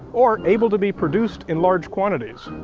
or able to be produced in large quantities.